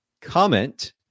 comment